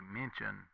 mention